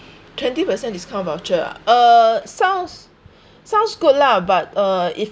twenty per cent discount voucher ah uh sounds sounds good lah but uh if